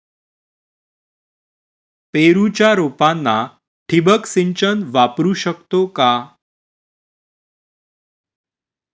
पेरूच्या रोपांना ठिबक सिंचन वापरू शकतो का?